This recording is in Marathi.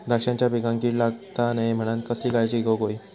द्राक्षांच्या पिकांक कीड लागता नये म्हणान कसली काळजी घेऊक होई?